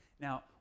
Now